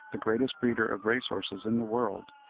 the greatest breeder of race-horses in the world,